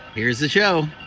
here's the show